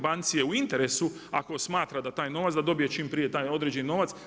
Banci je u interesu ako smatra da taj novac da dobije čim prije taj određeni novac.